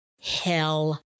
Hell